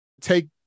take